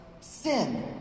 sin